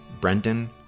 Brendan